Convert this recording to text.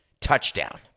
touchdown